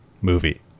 movie